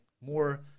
more